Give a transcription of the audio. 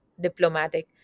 diplomatic